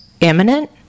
imminent